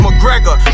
McGregor